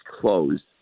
closed